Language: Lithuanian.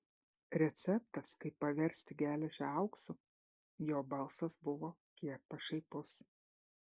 receptas kaip paversti geležį auksu jo balsas buvo kiek pašaipus